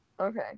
okay